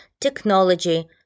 technology